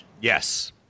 Yes